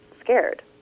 scared